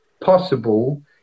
possible